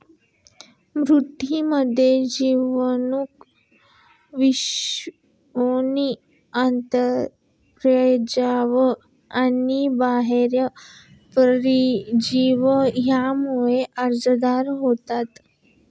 मेंढीमध्ये जीवाणू, विषाणू, आंतरपरजीवी आणि बाह्य परजीवी यांमुळे आजार होतात